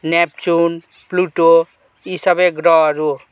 Neptune Pluto यी सबै ग्रहहरू